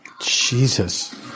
Jesus